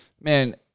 man